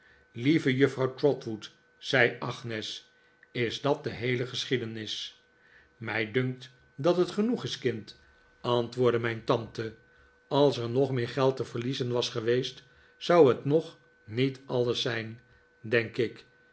lieve juffrouw trotwood zei agnes is dat de heele geschiedenis mij dunkt dat het genoeg is kind antantwoordde mijn tante als er nog meer geld te verliezen was geweest zou het nog niet alles zijn denk ik